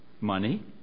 money